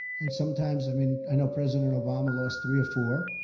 and sometimes, i mean i know president obama lost three or four,